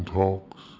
talks